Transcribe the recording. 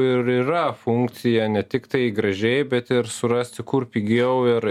ir yra funkcija ne tiktai gražiai bet ir surasti kur pigiau ir